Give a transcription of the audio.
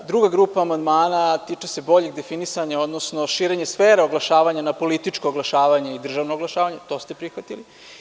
Druga grupa amandmana tiče se boljih definisanja, odnosno širenje sfere oglašavanja na političko oglašavanje i državno oglašavanje i to ste prihvatili.